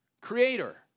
creator